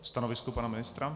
Stanovisko pana ministra?